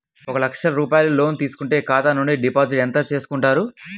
ఒక లక్ష రూపాయలు లోన్ తీసుకుంటే ఖాతా నుండి డిపాజిట్ ఎంత చేసుకుంటారు?